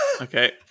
okay